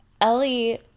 Ellie